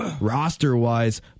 roster-wise